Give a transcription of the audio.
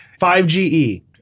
5GE